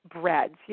breads